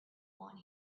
want